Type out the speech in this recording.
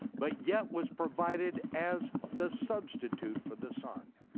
but yet was provided as the substitute for the son.